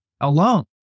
alone